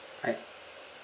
I